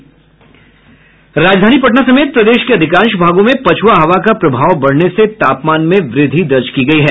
राजधानी पटना समेत प्रदेश के अधिकांश भागों में पछ्आ हवा का प्रभाव बढ़ने से तापमान में वृद्धि दर्ज की गयी है